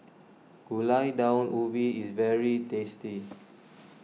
Gulai Daun Ubi is very tasty